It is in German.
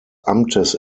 amtes